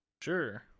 Sure